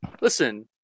Listen